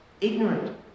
ignorant